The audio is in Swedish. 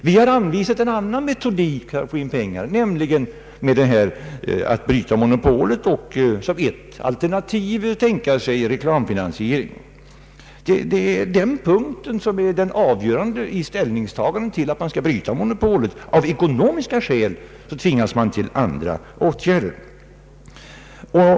Vi har anvisat en annan metod för att få in pengar, nämligen metoden att bryta monopolet och såsom ett alternativ tänka sig reklamfinansiering. Den punkten är avgörande i ställningstagandet till om man skall bryta monopolet. Av ekonomiska skäl tvingas man här helt enkelt till en ändring.